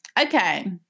Okay